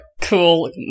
Cool